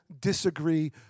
disagree